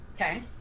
Okay